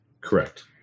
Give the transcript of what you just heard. Correct